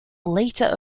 later